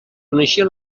coneixia